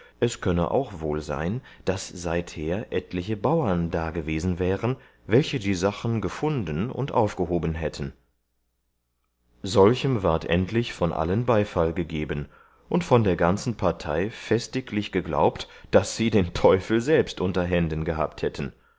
es könne auch wohl sein daß seither etliche bauren da gewesen wären welche die sachen gefunden und aufgehoben hätten solchem ward endlich von allen beifall gegeben und von der ganzen partei festiglich geglaubt daß sie den teufel selbst unter händen gehabt hätten